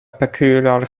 peculiar